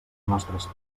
nostres